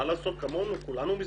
מה לעשות, כמונו, כולנו מזדקנים.